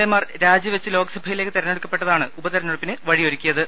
എമാർ രാജിവെച്ച് ലോക്സഭയിലേക്ക് തെരഞ്ഞെടുക്കപ്പെട്ടതാണ് ഉപതെരഞ്ഞെടു പ്പിന് വഴിയൊരുക്കിയത്